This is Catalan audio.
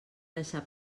deixar